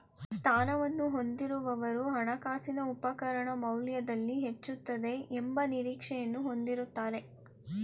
ಸ್ಥಾನವನ್ನು ಹೊಂದಿರುವವರು ಹಣಕಾಸಿನ ಉಪಕರಣ ಮೌಲ್ಯದಲ್ಲಿ ಹೆಚ್ಚುತ್ತದೆ ಎಂಬ ನಿರೀಕ್ಷೆಯನ್ನು ಹೊಂದಿರುತ್ತಾರೆ